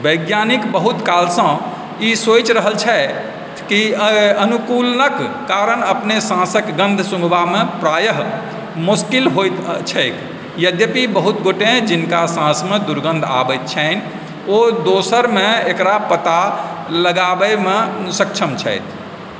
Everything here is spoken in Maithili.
वैज्ञानिक बहुत कालसँ ई सोचि रहल छथि कि अनुकूलनक कारण अपने साँसक गन्ध सुङ्घबामे प्रायः मोसकिल होइत छैक यद्यपि बहुत गोटे जिनका साँसमे दुर्गन्ध आबैत छनि ओ दोसरमे एकरा पता लगाबैमे सक्षम छथि